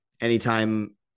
Anytime